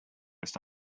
ist